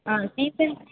ஆ season